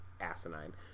asinine